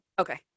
Okay